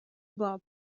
bob